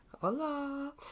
Hola